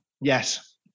Yes